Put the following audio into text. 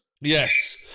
Yes